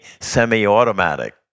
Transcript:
semi-automatic